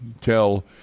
tell